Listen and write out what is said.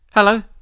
Hello